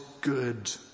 good